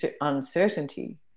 uncertainty